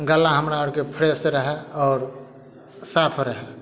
गल्ला हमरा आओरके फ्रेश रहए आओर साफ रहए